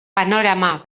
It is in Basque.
panorama